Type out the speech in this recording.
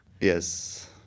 Yes